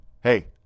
hey